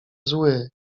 zły